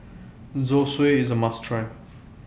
Zosui IS A must Try